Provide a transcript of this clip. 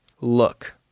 look